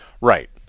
Right